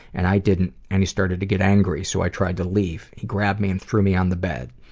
and i didn't and he started to get angry so i tried to leave. he grabbed me and threw me on the bed.